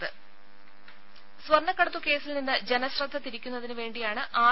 ദേദ സ്വർണ്ണക്കടത്ത് കേസിൽനിന്ന് ജനശ്രദ്ധ തിരിയ്ക്കുന്നതിന് വേണ്ടിയാണ് ആർ